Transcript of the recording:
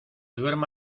duerma